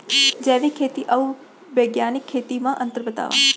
जैविक खेती अऊ बैग्यानिक खेती म अंतर बतावा?